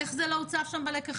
איך זה לא הוצף שם בלקחים?